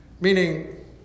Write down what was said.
Meaning